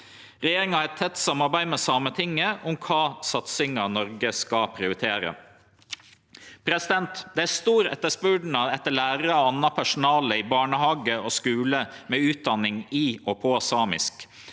Regjeringa har eit tett samarbeid med Sametinget om kva satsingar Noreg skal prioritere. Det er stor etterspurnad etter lærarar og anna personale i barnehage og skule med utdanning i og på samisk.